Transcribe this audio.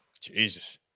Jesus